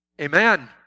Amen